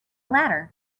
ladder